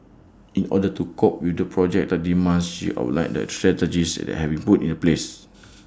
in order to cope with the projected demands she outlined the strategies that have been put in place